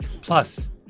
Plus